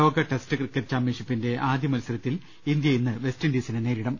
ലോക test cricket ചാമ്പൃൻഷിപ്പിന്റെ ആദൃ മത്സരത്തിൽ ഇന്തൃ ഇന്ന് വെസ്റ്റിൻഡീസിനെ നേരിടും